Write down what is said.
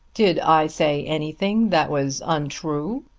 did i say anything that was untrue?